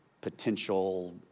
potential